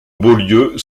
beaulieu